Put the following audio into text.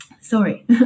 sorry